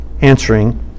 answering